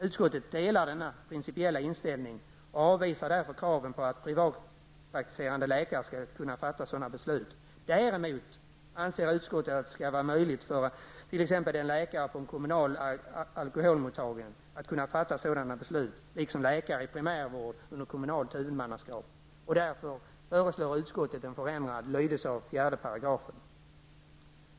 Utskottet delar denna principiella inställning och avvisar därför kraven på att privatpraktiserande läkare skall kunna fatta dylika beslut. Däremot anser utskottet att det skall vara möjligt för t.ex. en läkare på en kommunal alkoholmottagning att fatta sådana beslut liksom för läkare i primärvård under kommunalt huvudmannaskap. Därför föreslår utskottet en förändrad lydelse av 4 §.